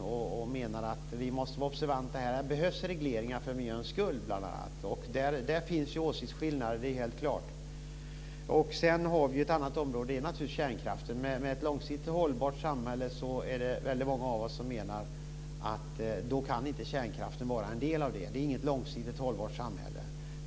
Vi menar att vi måste vara observanta och att här behövs regleringar bl.a. för miljöns skull. Där finns det helt klart åsiktsskillnader. Ett annat område är naturligtvis kärnkraften. Väldigt många av oss menar att kärnkraften inte kan vara en del av ett långsiktigt hållbart samhälle. Med kärnkraften blir det inget långsiktigt hållbart samhälle.